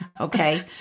okay